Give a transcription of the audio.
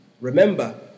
Remember